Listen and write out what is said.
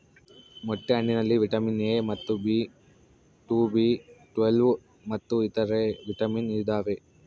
ಮೊಟ್ಟೆ ಹಣ್ಣಿನಲ್ಲಿ vitamin A ಮತ್ತು ಬಿ ಟು ಬಿ ಟ್ವೇಲ್ವ್ ಮತ್ತು ಇತರೆ ವಿಟಾಮಿನ್ ಇದಾವೆ